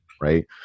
right